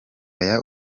aya